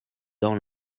dans